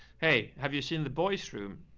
hey, have you seen the boys room?